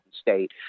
State